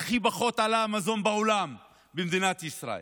הכי פחות בעולם עלה המזון במדינת ישראל,